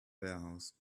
warehouse